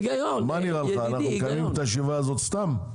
מה נראה לך, אנחנו מקיימים את הישיבה הזאת סתם?